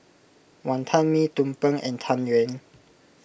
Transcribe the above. Wonton Mee Tumpeng and Tang Yuen